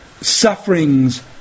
sufferings